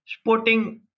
sporting